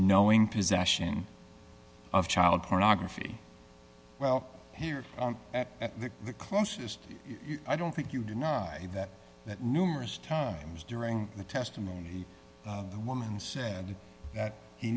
knowing possession of child pornography well here at the the closest i don't think you do not i that that numerous times during the testimony the woman said that he